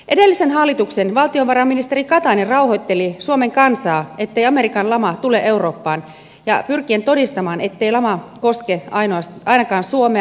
edellisen hallituksen valtiovarainministeri katainen rauhoitteli suomen kansaa ettei amerikan lama tule eurooppaan pyrkien todistamaan ettei lama koske ainakaan suomea